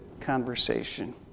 conversation